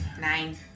Nine